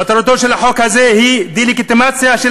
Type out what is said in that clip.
מטרתו של החוק הזה היא דה-לגיטימציה של